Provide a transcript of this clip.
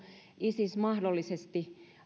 isis mahdollisesti